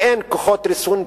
אין כוחות ריסון פנימיים.